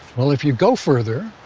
well, if you go further,